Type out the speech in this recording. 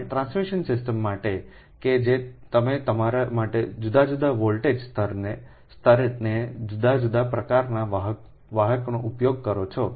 અને transmission system માટે કે જે તમે તમારા માટે જુદા જુદા વોલ્ટેજ સ્તરને જુદા જુદા પ્રકારનાં વાહકનો ઉપયોગ કરો છો